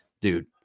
Dude